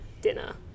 dinner